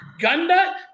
gunda